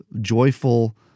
joyful